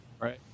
Right